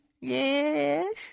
yes